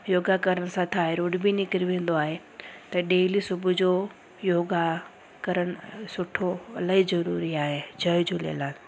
योगा करण सां थायरोड बि निकिरी वेंदो आहे त डेली सुबुह जो योगा करणु सुठो इलाही जरूरी आहे जय झूलेलाल